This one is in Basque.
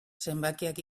zenbakiak